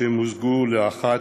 שמוזגו לאחת.